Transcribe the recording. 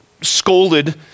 scolded